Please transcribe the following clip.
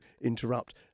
interrupt